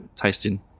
tasting